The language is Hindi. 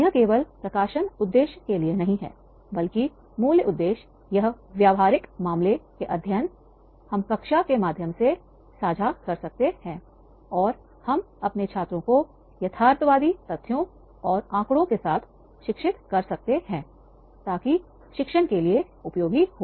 यह केवल प्रकाशन उद्देश्य के लिए नहीं है बल्कि मूल उद्देश्य यह व्यावहारिक मामले के अध्ययन हम कक्षा के माध्यम से साझा कर सकते हैं और हम अपने छात्रों को यथार्थवादी तथ्यों और आंकड़ों के साथ शिक्षित कर सकते हैं ताकि शिक्षण के लिए उपयोगी हो